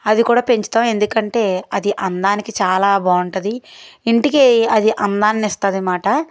అది కూడా పెంచుతాము ఎందుకంటే అది అందానికి చాలా బాగుంటుంది ఇంటికి అది అందాన్ని ఇస్తుందన్నమాట